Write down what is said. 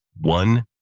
one